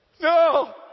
No